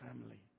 family